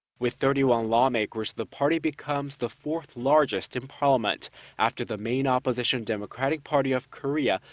with thirty one lawmakers, the party becomes the fourth largest in parliament after the main opposition democratic party of korea,